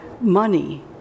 money